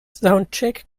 soundcheck